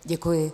Děkuji.